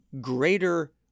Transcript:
greater